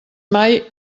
mai